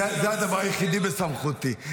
זה הדבר היחיד בסמכותי,